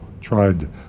tried